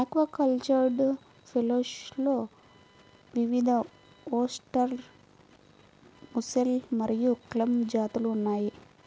aquacultured షెల్ఫిష్లో వివిధఓస్టెర్, mussel మరియు క్లామ్ జాతులు ఉన్నాయి